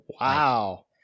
wow